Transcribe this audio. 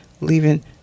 leaving